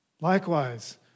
Likewise